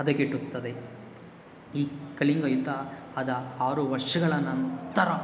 ಹದಗೆಡುತ್ತದೆ ಈ ಕಳಿಂಗ ಯುದ್ಧ ಆದ ಆರು ವರ್ಷಗಳ ನಂತರ